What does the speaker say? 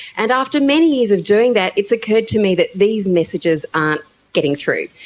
and after many years of doing that it's occurred to me that these messages aren't getting through.